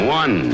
one